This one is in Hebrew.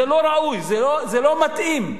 זה לא ראוי, זה לא מתאים.